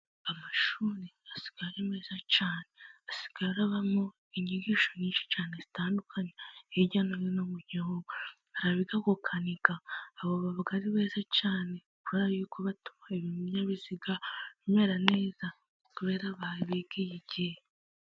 Amashuri asigaye ari meza cyane ,asigaye arabamo inyigisho nyinshi cyane zitandukanye hirya no hino mu gihugu hari abiga gukanika ,aba baba ari beza cyane, kubera yuko batuma ibinyabiziga bimera neza cyane kubera bigiye igihe.